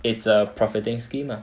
it's a profiting scheme lah